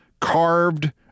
carved